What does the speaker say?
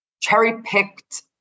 cherry-picked